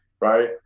right